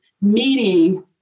meeting